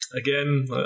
again